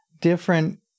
different